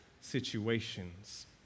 situations